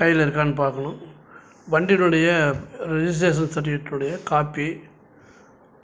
கையில் இருக்கானு பார்க்கணும் வண்டியினுடைய ரிஜிஸ்ட்ரேஷன் சட்டிவிகேட்னுடைய காப்பி